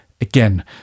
again